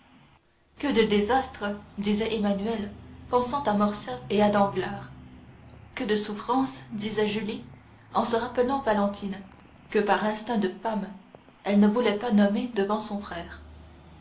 que de désastres disait emmanuel pensant à morcerf et à danglars que de souffrances disait julie en se rappelant valentine que par instinct de femme elle ne voulait pas nommer devant son frère